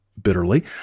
Bitterly